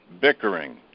bickering